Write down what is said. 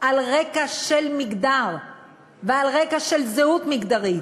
על רקע של מגדר ועל רקע של זהות מגדרית,